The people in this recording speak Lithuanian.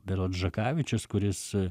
berods žakavičius kuris